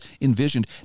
envisioned